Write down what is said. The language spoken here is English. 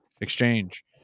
exchange